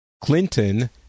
Clinton